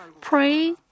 Pray